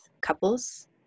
couples